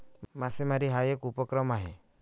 मासेमारी हा एक उपक्रम आहे